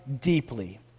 deeply